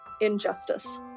injustice